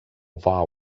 vow